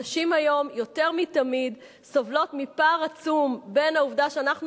הנשים היום יותר מאי-פעם סובלות מפער עצום בין העובדה שאנחנו